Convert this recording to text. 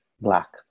black